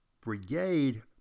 brigade